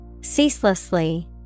Ceaselessly